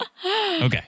okay